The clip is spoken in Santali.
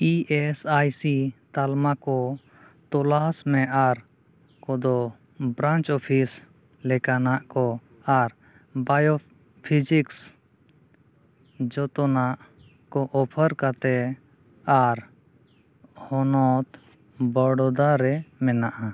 ᱤ ᱮᱥ ᱟᱭ ᱥᱤ ᱛᱟᱞᱢᱟ ᱠᱚ ᱛᱚᱞᱟᱥ ᱢᱮ ᱟᱨ ᱠᱚᱫᱚ ᱵᱨᱟᱱᱪ ᱚᱯᱷᱤᱥ ᱞᱮᱠᱟᱱᱟᱜ ᱠᱚ ᱟᱨ ᱵᱟᱭᱳᱯᱷᱤᱡᱤᱠᱥ ᱡᱷᱚᱛᱚᱱᱟᱜ ᱠᱚ ᱚᱯᱷᱟᱨ ᱠᱟᱛᱮᱫ ᱟᱨ ᱦᱚᱱᱚᱛ ᱵᱷᱟᱫᱳᱫᱟᱨᱟ ᱨᱮ ᱢᱮᱱᱟᱜᱼᱟ